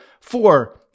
Four